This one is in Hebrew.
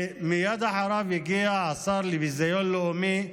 ומייד אחריו הגיע השר לביזיון לאומי,